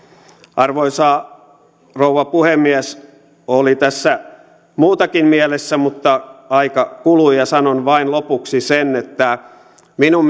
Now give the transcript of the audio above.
arvoisa rouva puhemies oli tässä muutakin mielessä mutta aika kuluu ja sanon vain lopuksi sen että minun